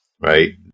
right